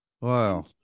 Wow